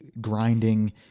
grinding